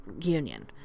Union